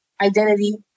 Identity